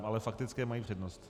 Ale faktické mají přednost.